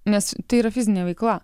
nes tai yra fizinė veikla